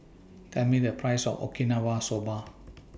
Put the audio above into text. Tell Me The Price of Okinawa Soba